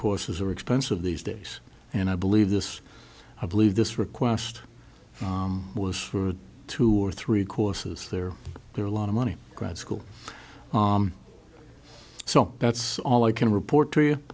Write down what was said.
courses are expensive these days and i believe this i believe this request was for two or three courses there are a lot of money grad school so that's all i can report t